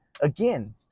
again